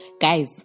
Guys